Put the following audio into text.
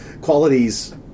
qualities